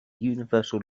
universal